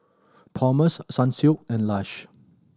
Palmer's Sunsilk and Lush